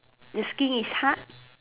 the skin is hard